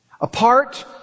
Apart